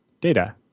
data